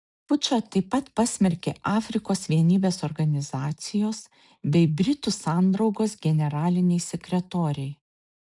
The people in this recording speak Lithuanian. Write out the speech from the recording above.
pučą taip pat pasmerkė afrikos vienybės organizacijos bei britų sandraugos generaliniai sekretoriai